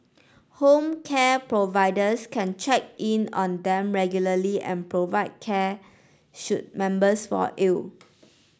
home care providers can check in on them regularly and provide care should members fall ill